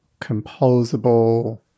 composable